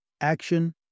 action